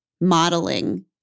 modeling